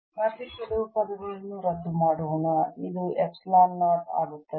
ಮತ್ತೆ ಕೆಲವು ಪದಗಳನ್ನು ರದ್ದು ಮಾಡೋಣ ಇದು ಎಪ್ಸಿಲಾನ್ 0 ಆಗುತ್ತದೆ